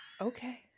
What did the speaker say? okay